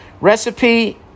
Recipe